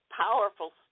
powerful